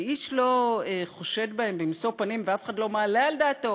שאיש לא חושד בהם במשוא פנים ואף אחד לא מעלה על דעתו